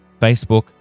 Facebook